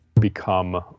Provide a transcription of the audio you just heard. become